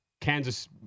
Kansas